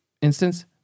instance